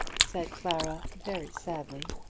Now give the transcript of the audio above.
said clara, very sadly.